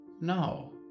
No